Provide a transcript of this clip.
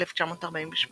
1948